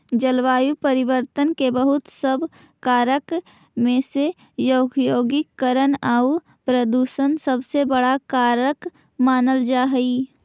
जलवायु परिवर्तन के बहुत सब कारक में से औद्योगिकीकरण आउ प्रदूषण सबसे बड़ा कारक मानल जा हई